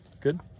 Good